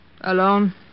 Alone